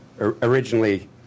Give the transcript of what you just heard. originally